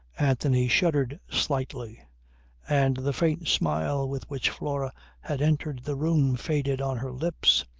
anthony shuddered slightly and the faint smile with which flora had entered the room faded on her lips.